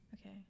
okay